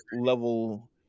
level